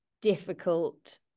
difficult